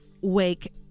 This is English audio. wake